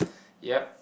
ya